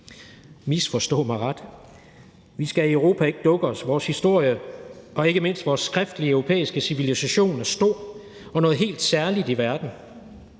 Misforstå mig ret: Vi skal i Europa ikke dukke os; vores historie og ikke mindst vores skriftlige europæiske civilisation er stor og noget helt særligt i verden,